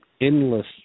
endless